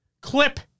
clip